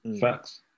facts